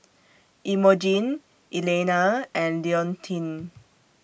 Emogene Elaina and Leontine